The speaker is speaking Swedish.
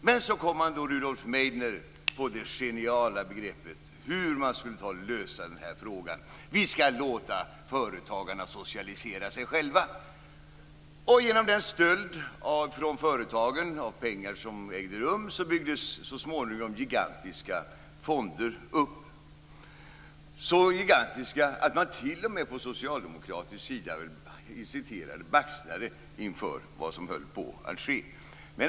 Men så kom Rudolf Meidner på det geniala greppet för hur man skulle lösa det problemet: Vi skall låta företagarna socialisera sig själva. Genom den stöld av pengar från företagen som ägde rum byggdes så småningom gigantiska fonder upp. De var så gigantiska att man t.o.m. på socialdemokratisk sida baxnade inför vad som höll på att ske.